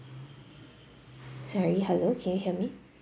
sorry hello can you hear me